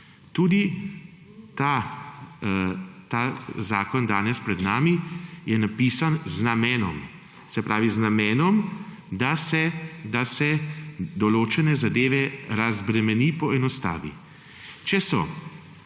Tudi ta zakon danes pred nami je napisan z namenom, da se določene zadeve razbremenijo, poenostavijo. Če so